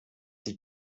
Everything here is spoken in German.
sie